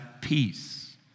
peace